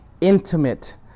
intimate